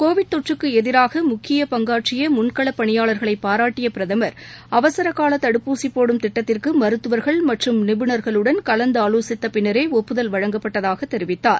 Covid தொற்றுக்கு எதிராக முக்கிய பங்காற்றிய முன்கள பணியாளர்களை பாராட்டிய பிரதமர் அவசரகால தடுப்பூசி போடும் திட்டத்திற்கு மருத்துவர்கள் மற்றும் நிபுனர்களுடன் கலந்தாலோசித்த பின்னரே ஒப்புதல் வழங்கப்பட்டதாக தெரிவித்தார்